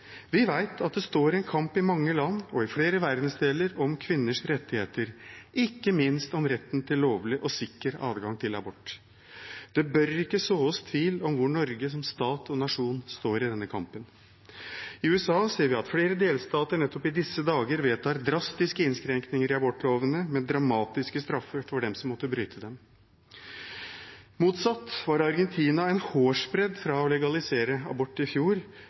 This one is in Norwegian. Vi vet at det pågår en kamp i mange land og i flere verdensdeler om kvinners rettigheter – ikke minst om retten til lovlig og sikker adgang til abort. Det bør ikke såes tvil om hvor Norge som stat og nasjon står i denne kampen. I USA ser vi at flere delstater nettopp i disse dager vedtar drastiske innskrenkninger i abortloven, med dramatiske straffer for dem som måtte bryte dem. Motsatt var Argentina en hårsbredd fra å legalisere abort i fjor,